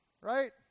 Right